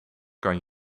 kan